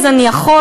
אז אני יכול.